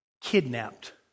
kidnapped